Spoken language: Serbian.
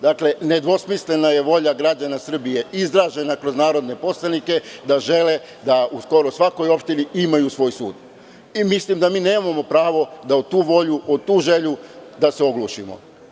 Dakle, nedvosmislena je volja građana Srbije izražena kroz narodne poslanike da žele da u skoro svakoj opštini imaju svoj sud, i mislim da mi nemamo pravo da u tu volju, u tu želju da se oglušimo.